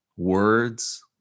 words